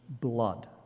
blood